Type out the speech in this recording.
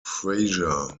frazier